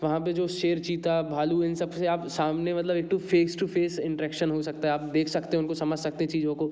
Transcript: वहाँ पर जो शेर चीता भालू इन सब से आप सामने मतलब to face to face interaction हो सकता है आप देख सकते हैं उनको समझ सकते हैं चीज़ों को